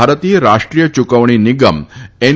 ભારતીય રાષ્ટ્રીય યુકવણી નિગમ એન